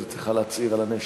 אז את צריכה להצהיר על הנשק.